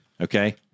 Okay